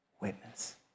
witness